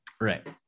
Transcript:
Right